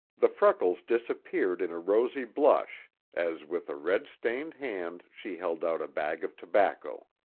the freckles disappeared in a rosy blush as with a red-stained hand she held out a bag of tobacco.